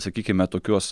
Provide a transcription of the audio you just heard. sakykime tokios